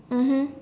mmhmm